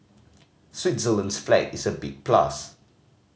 Switzerland's flag is a big plus